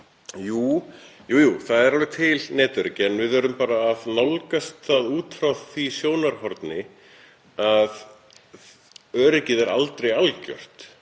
þá er alveg til netöryggi en við verðum bara að nálgast það út frá því sjónarhorni að öryggið er aldrei algjört,